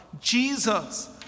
Jesus